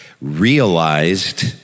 realized